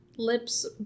Lips